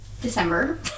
December